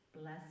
Bless